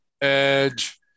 Edge